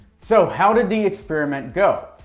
so how did the experiment go?